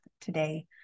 today